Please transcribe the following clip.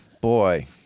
boy